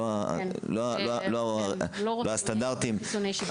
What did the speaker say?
שאינם סטנדרטיים.